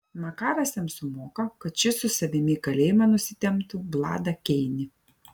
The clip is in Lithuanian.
makaras jam sumoka kad šis su savimi į kalėjimą nusitemptų vladą keinį